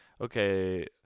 okay